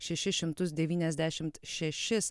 šešis šimtus devyniasdešimt šešis